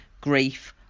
grief